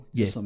Yes